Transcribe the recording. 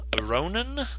Ronan